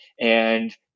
and-